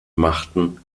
machten